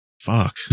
fuck